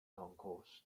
concourse